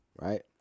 right